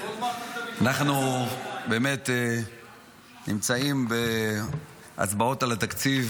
אנחנו נמצאים בהצבעות על התקציב